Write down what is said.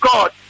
God